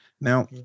Now